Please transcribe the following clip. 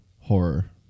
horror